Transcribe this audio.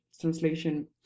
translation